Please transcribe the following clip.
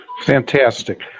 Fantastic